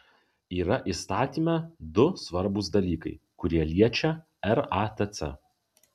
yra įstatyme du svarbūs dalykai kurie liečia ratc